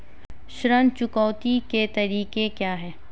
ऋण चुकौती के तरीके क्या हैं?